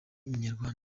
inyarwanda